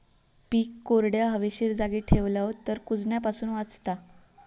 पीक कोरड्या, हवेशीर जागी ठेवलव तर कुजण्यापासून वाचता